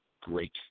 great